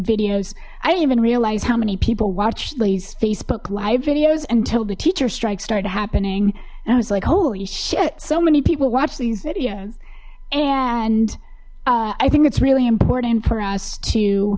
videos i don't even realize how many people watch these facebook live videos until the teacher strike started happening and i was like holy shit many people watch these videos and i think it's really important for us to